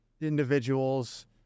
individuals